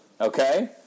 okay